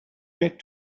get